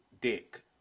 dick